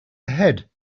ahead